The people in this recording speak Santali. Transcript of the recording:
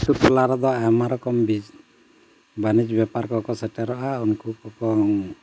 ᱟᱛᱳ ᱴᱚᱞᱟ ᱨᱮᱫᱚ ᱟᱭᱢᱟ ᱨᱚᱠᱚᱢ ᱵᱤᱡ ᱵᱟᱹᱱᱤᱡᱽ ᱵᱮᱯᱟᱨ ᱠᱚ ᱠᱚ ᱥᱮᱴᱮᱨᱚᱜᱼᱟ ᱩᱱᱠᱩ ᱠᱚᱠᱚ